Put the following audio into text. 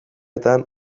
eskoletan